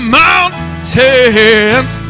mountains